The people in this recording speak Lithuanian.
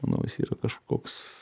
manau jis yra kažkoks